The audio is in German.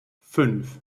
fünf